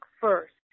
first